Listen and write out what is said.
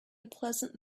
pleasant